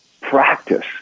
practice